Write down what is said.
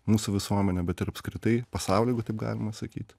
mūsų visuomenę bet ir apskritai pasaulį jeigu taip galima sakyti